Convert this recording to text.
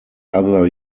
other